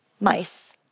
mice